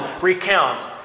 recount